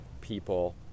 people